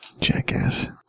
Jackass